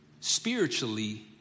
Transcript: spiritually